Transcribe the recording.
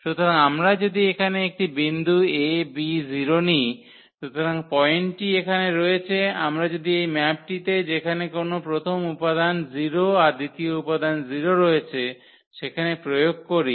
সুতরাং আমরা যদি এখানে একটি বিন্দু ab0 নিই সুতরাং পয়েন্টটি এখানে রয়েছে আমরা যদি এই ম্যাপটিতে যেখানে কোনও প্রথম উপাদান 0 আর দ্বিতীয় উপাদান 0 রয়েছে সেখানে প্রয়োগ করি